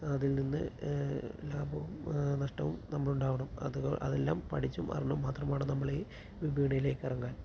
അതിൽ നിന്ന് ലാഭവും നഷ്ട്ടവും നമ്മൾ ഉണ്ടാവണം അത് അതെല്ലാം പഠിച്ചും അറിഞ്ഞും മാത്രമാണ് നമ്മളീ വിപണിയിലേക്കിറങ്ങാൻ